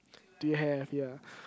do you have ya